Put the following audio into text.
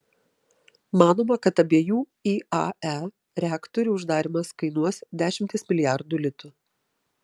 manoma kad abiejų iae reaktorių uždarymas kainuos dešimtis milijardų litų